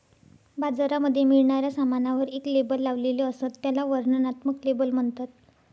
बाजारामध्ये मिळणाऱ्या सामानावर एक लेबल लावलेले असत, त्याला वर्णनात्मक लेबल म्हणतात